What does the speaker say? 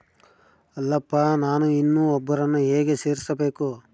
ಅಲ್ಲಪ್ಪ ನಾನು ಇನ್ನೂ ಒಬ್ಬರನ್ನ ಹೇಗೆ ಸೇರಿಸಬೇಕು?